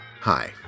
Hi